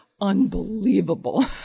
unbelievable